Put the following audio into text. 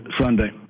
Sunday